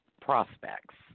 prospects